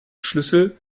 schlüssel